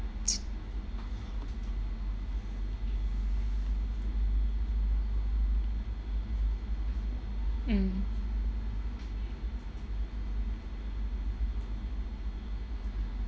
mm